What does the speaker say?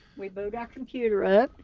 we boot our computer up,